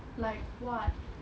like what